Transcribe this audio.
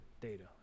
data